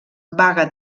baga